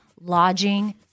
lodging